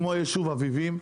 כמו יישוב אביבים,